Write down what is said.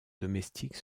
domestique